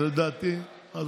זה לדעתי, אני אסביר לך.